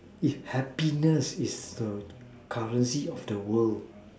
if happiness is the currency of the world